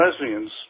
lesbians